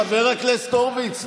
חבר הכנסת הורוביץ.